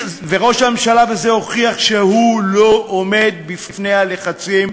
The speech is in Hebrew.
וראש הממשלה בזה הוכיח שהוא לא עומד בפני הלחצים.